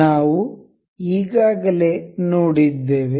ನಾವು ಈಗಾಗಲೇ ನೋಡಿದ್ದೇವೆ